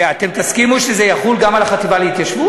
ואתם תסכימו שזה יחול גם על החטיבה להתיישבות?